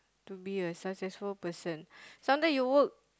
to be a successful person sometimes you work